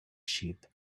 sheep